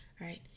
right